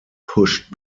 pushed